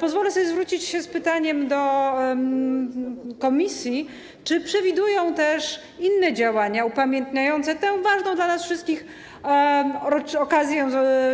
Pozwolę sobie zwrócić się z pytaniem do komisji, czy przewiduje też inne działania upamiętniające tę ważną dla nas wszystkich okazję,